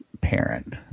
parent